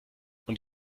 und